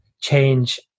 change